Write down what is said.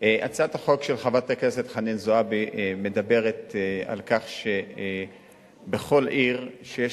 הצעת החוק של חברת הכנסת חנין זועבי מדברת על כך שבכל עיר שיש,